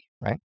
right